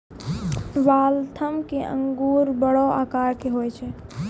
Waltham के अंगूर बड़ो आकार के हुवै छै